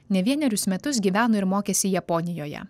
ne vienerius metus gyveno ir mokėsi japonijoje